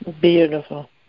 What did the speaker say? Beautiful